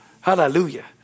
Hallelujah